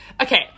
Okay